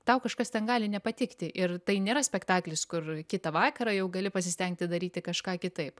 tau kažkas ten gali nepatikti ir tai nėra spektaklis kur kitą vakarą jau gali pasistengti daryti kažką kitaip